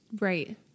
Right